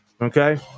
Okay